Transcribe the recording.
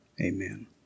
Amen